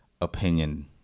opinion